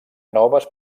noves